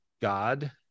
God